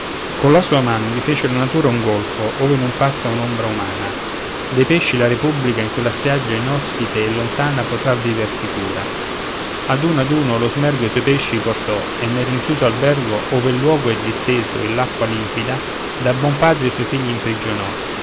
io colla sua man vi fece la natura un golfo ove non passa un'ombra umana dei pesci la repubblica in quella spiaggia inospite e lontana potrà viver sicura ad uno ad un lo smergo i suoi pesci portò e nel rinchiuso albergo ove il luogo è disteso e l'acqua limpida da buon padre i suoi figli imprigionò